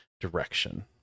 direction